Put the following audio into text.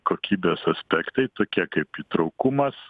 kokybės aspektai tokie kaip įtraukumas